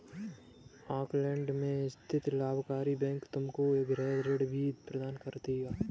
Auckland में स्थित लाभकारी बैंक तुमको गृह ऋण भी प्रदान कर देगा